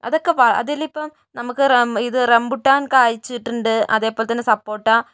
അതൊക്കെ അതിലിപ്പോൾ നമുക്ക് ഇത് റമ്പൂട്ടാൻ കായ്ച്ചിട്ടുണ്ട് അതേപോലെതന്നെ സപ്പോട്ട